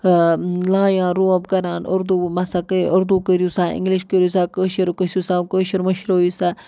لایان روب کَران اُردو مَسا اُردو کٔرِو سا اِنگلِش کٔرِو سا کٲشُر گژھِو سا کٲشُر مٔشرٲیِو سا